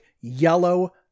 yellow